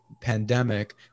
pandemic